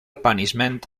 punishment